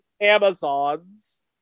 Amazons